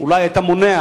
אולי היית מונע